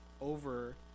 over